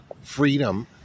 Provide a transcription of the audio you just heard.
freedom